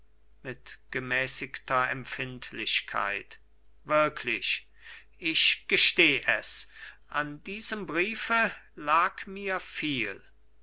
mit gemäßigter empfindlichkeit wirklich ich gesteh es an diesem briefe lag mir viel